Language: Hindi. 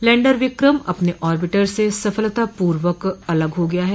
लैण्डर विक्रम अपने ऑर्बिटर से सफलतापूर्वक अलग हो गया है